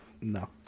No